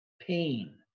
pain